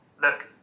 look